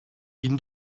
bin